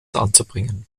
anzubringen